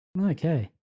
Okay